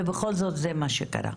ובכל זאת זה מה שקרה.